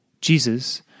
Jesus